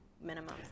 minimum